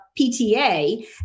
PTA